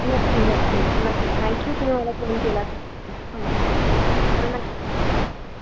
नक्की नक्की नक्की थँक्यू तुम्ही मला फोन केलात thank you so much have a nice day bye